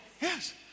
Yes